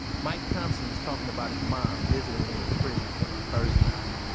mike thompson was talking about his mom visiting him in prison for the first time